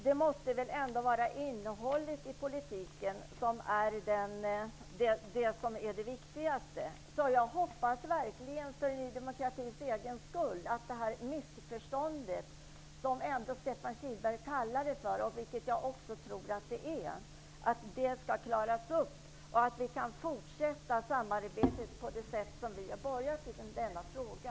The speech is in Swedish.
Det måste väl ändå vara innehållet i politiken som är det viktigaste. För Ny demokratis egen skull hoppas jag att det här missförståndet -- som Stefan Kihlberg kallar det för och som jag tror att det är -- skall klaras upp så att vi kan fortsätta samarbetet på det sätt som vi har påbörjat det i denna fråga.